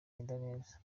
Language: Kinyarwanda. neza